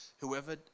Whoever